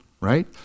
right